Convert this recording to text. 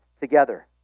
together